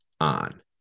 on